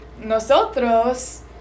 nosotros